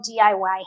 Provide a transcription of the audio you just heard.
DIY